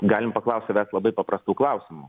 galim paklausti labai paprastų klausimų